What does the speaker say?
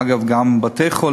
אגב, גם בתי-החולים,